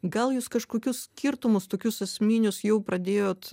gal jūs kažkokius skirtumus tokius esminius jau pradėjot